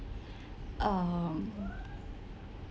um